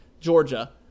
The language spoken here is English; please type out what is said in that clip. Georgia